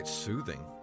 Soothing